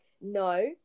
no